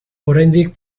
oraindik